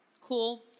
Cool